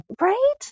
right